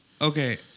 okay